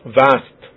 vast